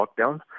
lockdown